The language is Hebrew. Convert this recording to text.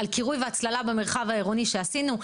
על קירוי והצללה במרחב העירוני שעשינו,